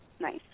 Nice